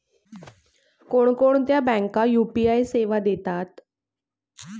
कोणकोणत्या बँका यू.पी.आय सेवा देतात?